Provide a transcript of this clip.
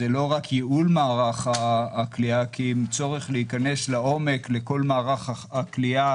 זה לא רק ייעול מערך הכליאה כי אם צורך להיכנס לעומק לכל מערך הכליאה,